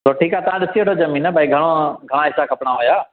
पोइ ठीकु आहे तव्हां ॾिसी वठो ज़मीन न भई घणो घणा हिसा खपंदा हुया